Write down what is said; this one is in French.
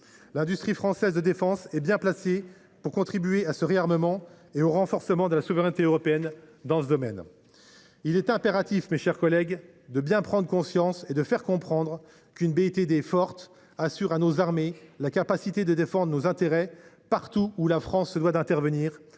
L’industrie française de défense est bien placée pour contribuer au réarmement et au renforcement de la souveraineté européenne. Il est impératif de bien prendre conscience et de faire comprendre qu’une BITD forte assure à nos armées, en toute indépendance, la capacité de défendre nos intérêts partout où la France se doit d’intervenir.